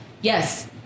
yes